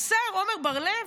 השר עמר בר לב,